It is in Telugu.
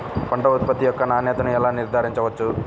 పంట ఉత్పత్తి యొక్క నాణ్యతను ఎలా నిర్ధారించవచ్చు?